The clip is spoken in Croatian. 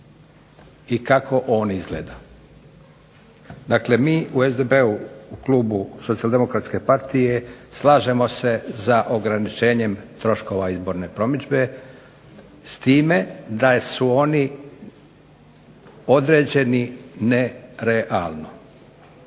i kako on izgleda. Dakle, mi u klubu SDP-a slažemo se za ograničenjem troškova izborne promidžbe s time da su oni određeni nerealno.